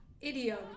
Idiom